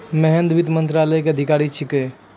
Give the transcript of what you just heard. महेन्द्र वित्त मंत्रालय के अधिकारी छेकै